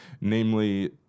namely